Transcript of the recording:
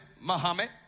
Muhammad